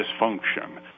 dysfunction